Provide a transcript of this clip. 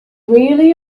really